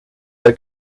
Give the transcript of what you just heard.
ver